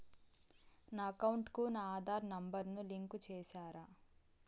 నా అకౌంట్ కు నా ఆధార్ నెంబర్ ను లింకు చేసారా